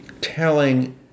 telling